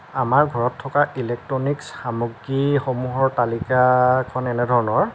আমাৰ ঘৰত থকা ইলেকট্ৰ'নিকছ সামগ্ৰীসমূহৰ তালিকাখন এনেধৰণৰ